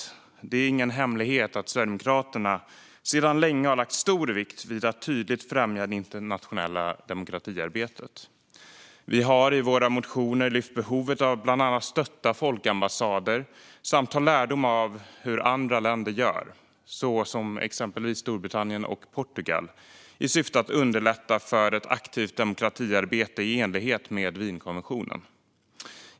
Det är ingen hemlighet att Sverigedemokraterna sedan länge har lagt stor vikt vid att tydligt främja det internationella demokratiarbetet. Vi har i våra motioner lyft behovet av att bland annat stötta folkambassader samt att dra lärdom av hur andra länder, exempelvis Storbritannien och Portugal, gör i syfte att underlätta för ett aktivt demokratiarbete i enlighet med Wienkonventionen.